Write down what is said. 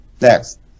Next